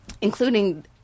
including